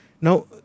Now